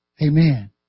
Amen